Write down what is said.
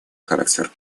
характер